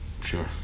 Sure